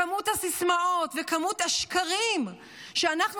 כמות הסיסמאות וכמות השקרים שאנחנו